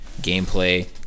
gameplay